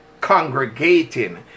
congregating